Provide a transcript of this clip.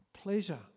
pleasure